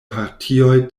partioj